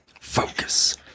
focus